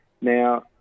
Now